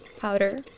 powder